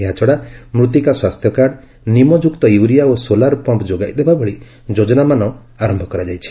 ଏହାଛଡ଼ା ମୃତ୍ତିକା ସ୍ୱାସ୍ଥ୍ୟକାର୍ଡ ନିମଯୁକ୍ତ ୟୁରିଆ ଓ ସୋଲାର ପମ୍ପ ଯୋଗାଇ ଦେବାଭଳି ଯୋଚ୍ଚନାମାନ ଆରମ୍ଭ କରାଯାଇଛି